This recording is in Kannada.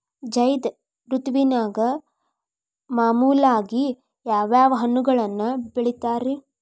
ಝೈದ್ ಋತುವಿನಾಗ ಮಾಮೂಲಾಗಿ ಯಾವ್ಯಾವ ಹಣ್ಣುಗಳನ್ನ ಬೆಳಿತಾರ ರೇ?